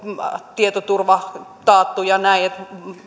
tietoturva taattu ja näin